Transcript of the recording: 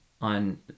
on